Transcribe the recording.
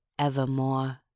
Evermore